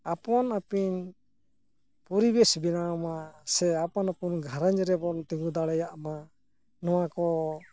ᱟᱯᱟᱱ ᱟᱯᱤᱱ ᱯᱚᱨᱤᱵᱮᱥ ᱵᱮᱱᱟᱣᱢᱟ ᱥᱮ ᱟᱯᱟᱱ ᱟᱯᱤᱱ ᱜᱷᱟᱨᱚᱸᱧᱡᱽ ᱨᱮᱵᱚᱱ ᱛᱤᱸᱜᱩ ᱫᱟᱲᱮᱭᱟᱜ ᱢᱟ ᱱᱚᱣᱟ ᱠᱚ